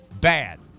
Bad